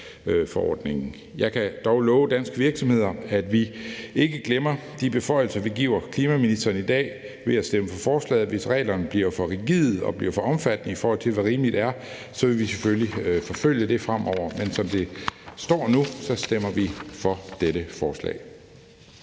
Jeg kan dog love danske virksomheder, at vi ikke glemmer de beføjelser, vi giver klimaministeren i dag ved at stemme forslaget. Hvis reglerne bliver for rigide og for omfattende, i forhold til hvad rimeligt er, vil vi selvfølgelig forfølge det fremover. Men som det står nu, stemmer vi for dette forslag.